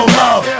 love